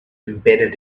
embedded